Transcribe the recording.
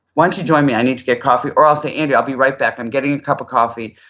why don't you join me? i need to get coffee or i'll say andrea, i'll be right back, i'm getting a cup of coffee,